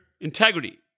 integrity